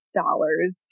dollars